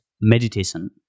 meditation